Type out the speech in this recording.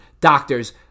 doctors